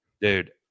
dude